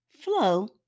flow